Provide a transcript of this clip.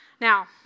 Now